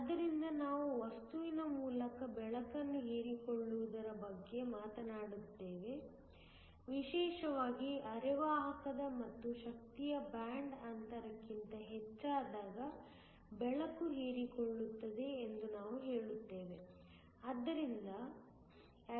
ಆದ್ದರಿಂದ ನಾವು ವಸ್ತುವಿನ ಮೂಲಕ ಬೆಳಕನ್ನು ಹೀರಿಕೊಳ್ಳುವುದರ ಬಗ್ಗೆ ಮಾತನಾಡಿದ್ದೇವೆ ವಿಶೇಷವಾಗಿ ಅರೆವಾಹಕ ಮತ್ತು ಶಕ್ತಿಯು ಬ್ಯಾಂಡ್ ಅಂತರಕ್ಕಿಂತ ಹೆಚ್ಚಾದಾಗ ಬೆಳಕು ಹೀರಿಕೊಳ್ಳುತ್ತದೆ ಎಂದು ನಾವು ಹೇಳುತ್ತೇವೆ